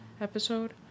episode